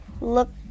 look